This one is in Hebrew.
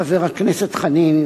חבר הכנסת חנין,